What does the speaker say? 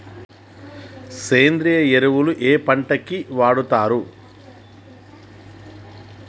సేంద్రీయ ఎరువులు ఏ పంట కి వాడుతరు?